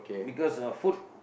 because ah food